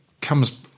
comes